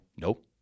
nope